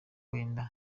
wenda